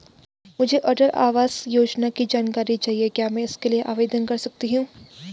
मुझे अटल आवास योजना की जानकारी चाहिए क्या मैं इसके लिए आवेदन कर सकती हूँ?